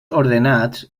ordenats